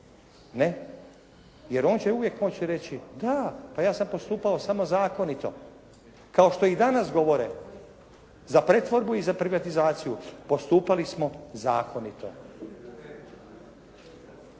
jer on će uvijek moći reći, da, pa ja sam postupao samo zakonito kao što i danas govore za pretvorbu i za privatizaciju postupali smo zakonito.